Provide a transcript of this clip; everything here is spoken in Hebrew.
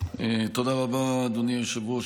תודה רבה, אדוני היושב-ראש.